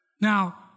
Now